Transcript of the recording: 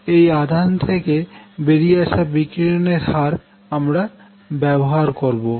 এই আধান থেকে বেরিয়ে আসা বিকিরণের হার আমরা ব্যবহার করবো